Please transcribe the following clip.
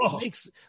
makes